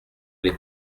les